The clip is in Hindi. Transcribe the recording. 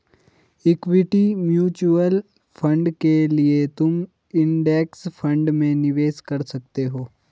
इक्विटी म्यूचुअल फंड के लिए तुम इंडेक्स फंड में निवेश कर सकते हो